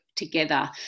Together